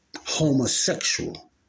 homosexual